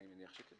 אני מניח שכן.